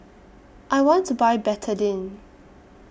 I want to Buy Betadine